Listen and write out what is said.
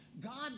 God